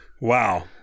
Wow